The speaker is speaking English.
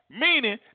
meaning